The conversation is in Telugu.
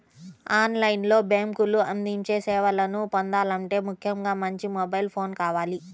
ఆన్ లైన్ లో బ్యేంకులు అందించే సేవలను పొందాలంటే ముఖ్యంగా మంచి మొబైల్ ఫోన్ కావాలి